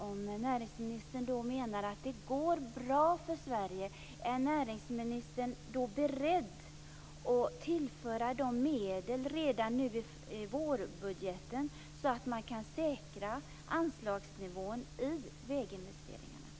Om näringsministern menar att det går bra för Sverige, vill jag fråga om näringsministern är beredd att redan i vårbudgeten tillföra medel som kan säkra anslagsnivån i väginvesteringarna.